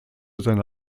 seiner